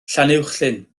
llanuwchllyn